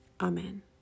Amen